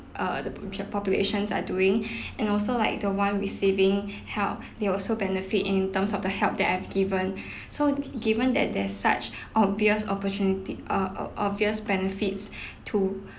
err the pop~ populations are doing and also like the one receiving help they will also benefit in terms of the help that are given so given that there's such obvious opportunity err o~ obvious benefits to